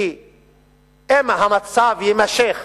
כי אם המצב יימשך